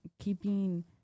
keeping